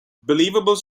believable